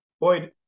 Boy